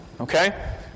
okay